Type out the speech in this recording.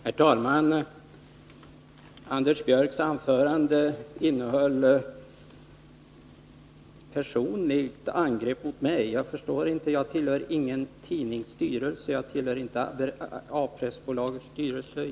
Herr talman! Anders Björcks anförande innehöll ett personligt angrepp mot mig som jag inte förstår. Jag tillhör ingen tidnings styrelse och inte A-pressbolagets styrelse.